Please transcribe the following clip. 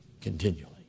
continually